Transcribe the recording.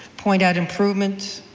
point out improvements,